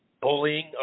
bullying